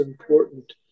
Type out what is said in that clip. important